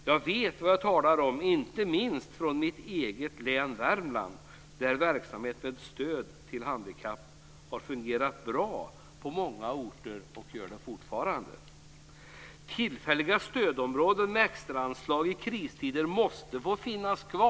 Jag vet vad jag talar om, inte minst från mitt eget hemlän Värmland där verksamhet med stöd till arbetshandikappade har fungerat bra på många orter och gör så fortfarande. Tillfälliga stödområden med extra anslag i kristider måste få finnas kvar.